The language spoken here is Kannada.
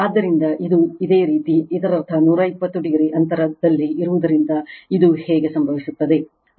ಆದ್ದರಿಂದ ಇದು ಇದೇ ರೀತಿ ಇದರರ್ಥ 120 o ಅಂತರದಲ್ಲಿ ಇರುವದರಿಂದ ಇದು ಹೇಗೆ ಸಂಭವಿಸುತ್ತದೆ